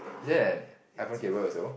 is there an iPhone cable also